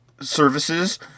services